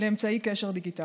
לאמצעי קשר דיגיטלי.